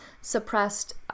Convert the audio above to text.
suppressed